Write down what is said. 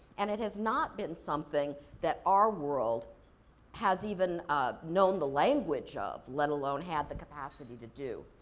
and it has not been something that our world has even ah known the language of, let alone had the capacity to do.